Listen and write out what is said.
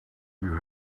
you